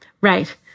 right